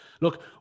Look